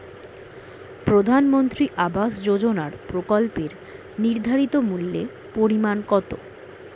প্রধানমন্ত্রী আবাস যোজনার প্রকল্পের নির্ধারিত মূল্যে পরিমাণ কত?